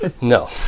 No